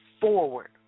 forward